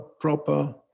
proper